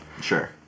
Sure